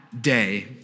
day